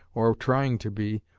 or were trying to be,